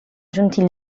giunti